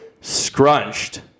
Scrunched